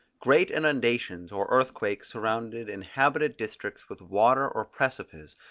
great inundations or earthquakes surrounded inhabited districts with water or precipices,